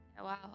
Wow